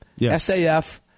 SAF